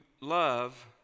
love